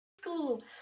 school